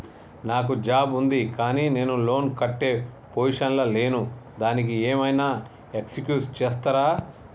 నాకు జాబ్ ఉంది కానీ నేను లోన్ కట్టే పొజిషన్ లా లేను దానికి ఏం ఐనా ఎక్స్క్యూజ్ చేస్తరా?